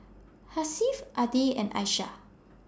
Hasif Adi and Aishah